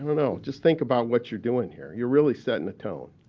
you know just think about what you're doing here. you're really setting the tone.